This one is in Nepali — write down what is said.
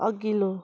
अघिल्लो